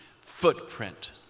footprint